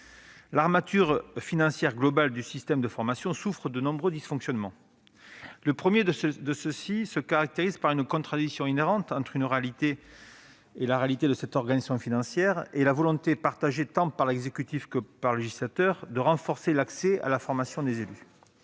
l'armature financière globale du système de formation souffre de nombreux dysfonctionnements Le premier de ces dysfonctionnements se caractérise par une contradiction inhérente entre la réalité de cette organisation financière et la volonté partagée de l'exécutif et du législateur de renforcer l'accès à la formation des élus.